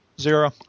Zero